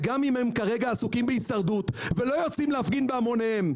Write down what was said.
וגם אם הם כרגע עסוקים בהישרדות ולא יוצאים להפגין בהמוניהם,